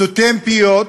סותם פיות,